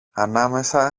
ανάμεσα